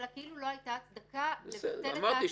אלא כאילו לא הייתה הצדקה לבטל את ההכרה הקודמת.